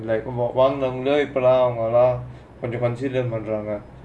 like one longer consider more drama